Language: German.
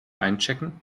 einchecken